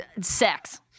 sex